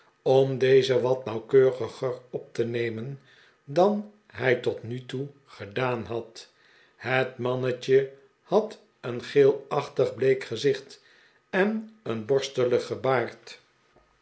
om dezen wat nauwkeuriger op te nemen dan hij tot nu toe gedaan had het mannetje had een geelachtig bleek gezicht en een borsteligen baard